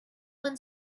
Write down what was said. one